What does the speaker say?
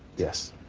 yes.